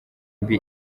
mbi